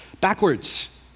Backwards